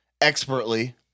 expertly